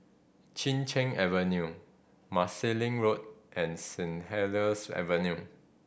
Chin Cheng Avenue Marsiling Road and Saint Helier's Avenue